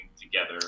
together